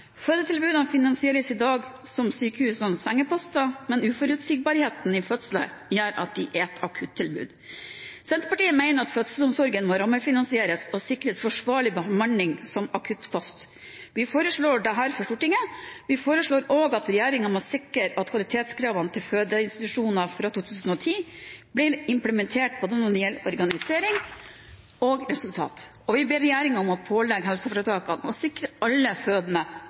Fødetilbudene finansieres i dag som sykehusenes sengeposter, men uforutsigbarheten med fødsler gjør at det trengs et akuttilbud. Senterpartiet mener at fødselsomsorgen må rammefinansieres og sikres forsvarlig bemanning som akuttpost. Vi foreslår dette for Stortinget. Vi foreslår også at regjeringen må sikre at kvalitetskravene til fødeinstitusjoner fra 2010 blir implementert når det gjelder både organisering og resultat. Og vi ber regjeringen om å pålegge helseforetakene å sikre alle fødende